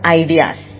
ideas